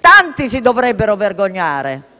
Tanti si dovrebbero vergognare.